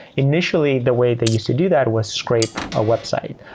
initially, the way they used to do that was scrape a website.